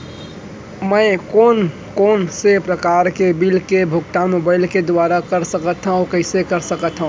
मैं कोन कोन से प्रकार के बिल के भुगतान मोबाईल के दुवारा कर सकथव अऊ कइसे कर सकथव?